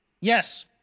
Yes